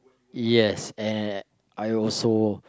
yes and I also